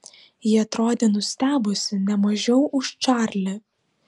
ji atrodė nustebusi ne mažiau už čarlį